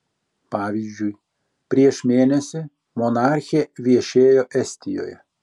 pavyzdžiui prieš mėnesį monarchė viešėjo estijoje